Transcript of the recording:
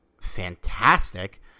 fantastic